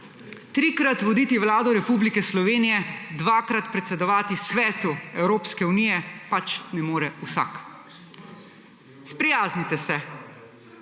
trikrat voditi Vlado Republike Slovenije, dvakrat predsedovati Svetu Evropske unije pač ne more vsak. Sprijaznite se.